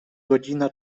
godzina